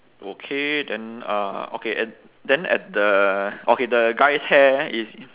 okay then uh okay and then at the okay the guy's hair is